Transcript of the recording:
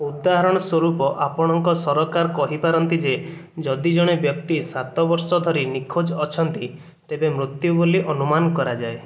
ଉଦାହରଣ ସ୍ୱରୂପ ଆପଣଙ୍କ ସରକାର କହିପାରନ୍ତି ଯେ ଯଦି ଜଣେ ବ୍ୟକ୍ତି ସାତ ବର୍ଷ ଧରି ନିଖୋଜ ଅଛନ୍ତି ତେବେ ମୃତ ବୋଲି ଅନୁମାନ କରାଯାଏ